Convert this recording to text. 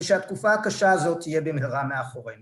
‫ושהתקופה הקשה הזאת ‫תהיה במהרה מאחורינו.